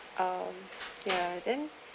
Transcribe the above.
um ya then